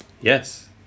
Yes